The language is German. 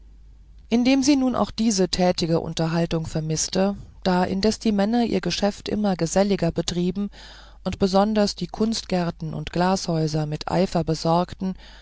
indem sie nun auch diese tätige unterhaltung vermißte da indes die männer ihr geschäft immer geselliger betrieben und besonders die kunstgärten und glashäuser mit eifer besorgten